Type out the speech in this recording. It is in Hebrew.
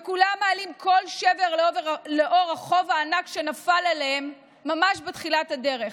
וכולם מעלים קול שבר לנוכח החוב הענק שנפל עליהם ממש בתחילת הדרך.